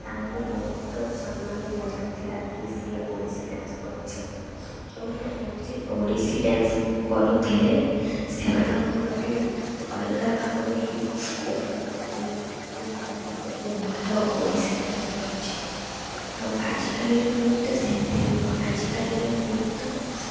ତାଙ୍କୁ ବହୁତ ସମ୍ମାନ ଦିଆଯାଉଥିଲା କି ସିଏ ଓଡ଼ିଶୀ ଡ଼୍ୟାନ୍ସ କରୁଛି ଯେଉଁମାନେ ଓଡ଼ିଶୀ ଓଡ଼ିଶୀ ଡ଼୍ୟାନ୍ସ କରୁଥିଲେ ସେମାନଙ୍କୁ ଗୋଟିଏ ଅଲଗା ଭାବରେ ହିଁ ଦେଖାଯାଉଥିଲା କି ତାଙ୍କେ କେତେ ଭଲ ଓଡ଼ିଶୀ ଡ଼୍ୟାନ୍ସ କରୁଛି ଆଉ ଆଜିକାଲିର ନୃତ୍ୟ ସେମିତି ନୁହଁ ଆଜିକାଲିର ନୃତ୍ୟ